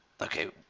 okay